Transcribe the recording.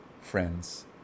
friends